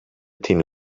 tin